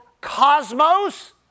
cosmos